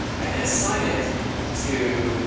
i can assign it to